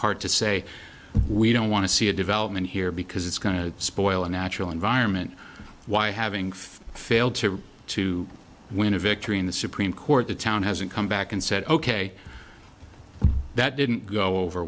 part to say we don't want to see a development here because it's going to spoil a natural environment why having failed to to win a victory in the supreme court the town hasn't come back and said ok that didn't go over